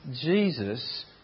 Jesus